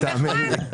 האמן לי.